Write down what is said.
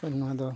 ᱦᱳᱭ ᱱᱚᱣᱟ ᱫᱚ